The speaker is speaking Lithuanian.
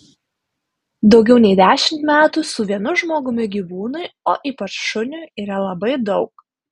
daugiau nei dešimt metų su vienu žmogumi gyvūnui o ypač šuniui yra labai daug